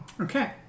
Okay